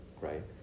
right